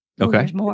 Okay